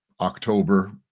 October